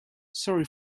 sorry